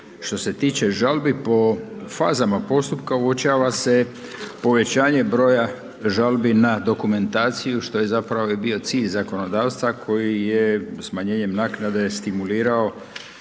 Što se tiče žalbi po fazama postupka uočava se povećanje broja žalbi na dokumentaciju što je zapravo i bio cilj zakonodavstva koji je smanjenjem naknade stimulirao